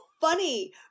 funny